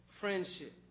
friendship